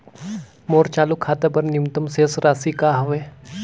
मोर चालू खाता बर न्यूनतम शेष राशि का हवे?